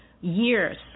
years